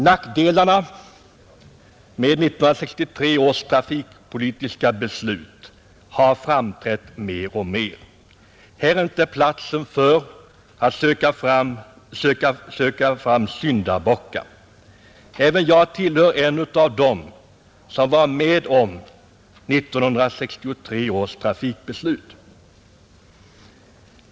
Nackdelarna med 1963 års trafikpolitiska beslut har framträtt mer och mer. Här är inte platsen att söka efter syndabockar. Även jag är en av dem som var med om 1963 års trafikbeslut.